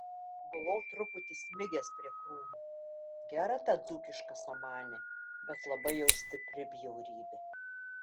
buvau truputį smigęs prie krūmų gera ta dzūkiška samanė bet labai jau stipri bjaurybė